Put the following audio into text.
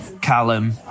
Callum